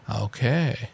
Okay